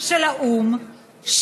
של האו"ם,